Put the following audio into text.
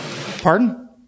pardon